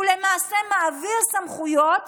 הוא למעשה מעביר סמכויות